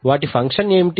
వాటి ఫంక్షన్ ఏమిటి